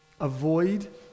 Avoid